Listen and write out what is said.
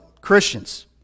Christians